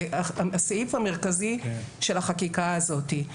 זה הסעיף המרכזי של החקיקה הזאת.